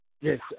Yes